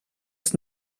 ist